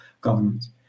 governments